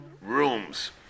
rooms